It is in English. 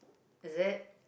is it